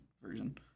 Version